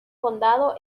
condado